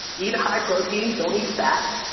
eat high-protein. don't eat fat,